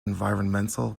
environmental